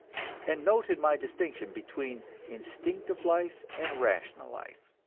and noted my distinction between instinctive life and rational life.